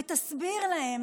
ותסביר להן